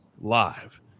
live